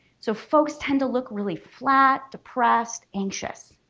so folks tend to look really flat depressed anxious,